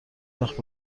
وقت